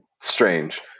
strange